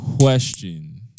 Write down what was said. question